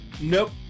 Nope